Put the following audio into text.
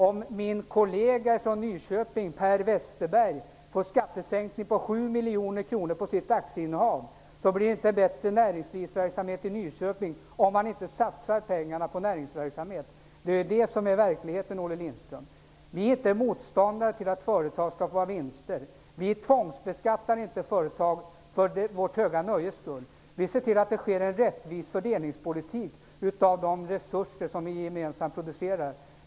Om min kollega från Nyköping, Per Westerberg, får en skattesänkning på 7 miljoner kronor på sitt aktieinnehav blir det inte bättre näringslivsverksamhet i Nyköping, om man inte statsar pengarna på näringsverksamhet. Det är detta som är verkligheten, Olle Lindström. Vi är inte motståndare till att företag skall få ha vinster. Vi tvångsbeskattar inte företag för vårt höga nöjes skull. Vi ser till att det sker en rättvis fördelning av de resurser som vi gemensamt producerar.